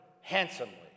handsomely